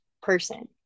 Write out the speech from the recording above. person